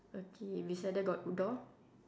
okay beside there got door